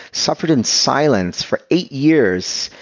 suffered in silence for eight years.